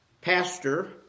pastor